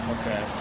Okay